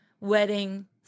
wedding